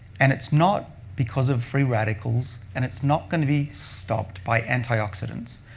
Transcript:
and it's not because of free radicals, and it's not going to be stopped by antioxidants,